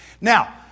Now